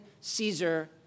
Caesar